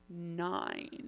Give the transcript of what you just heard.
nine